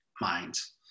minds